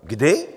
Kdy?